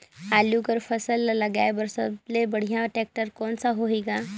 आलू कर फसल ल लगाय बर सबले बढ़िया टेक्टर कोन सा होही ग?